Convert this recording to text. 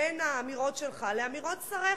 בין האמירות שלך לאמירות שריך.